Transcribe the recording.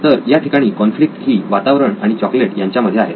तर या ठिकाणी कॉन्फ्लिक्ट ही वातावरण आणि चॉकलेट त्यांच्या मध्ये आहे